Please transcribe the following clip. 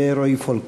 יהיה רועי פולקמן.